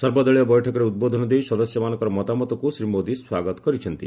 ସର୍ବଦଳୀୟ ବୈଠକରେ ଉଦ୍ବୋଧନ ଦେଇ ସଦସ୍ୟମାନଙ୍କର ମତାମତକୁ ଶ୍ରୀ ମୋଦି ସ୍ୱାଗତ କରିଛନ୍ତି